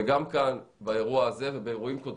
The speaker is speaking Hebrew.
וגם כאן, באירוע הזה ובאירועים קודמים.